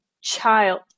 child